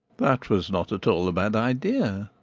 that was not at all a bad idea.